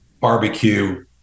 barbecue